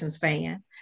fan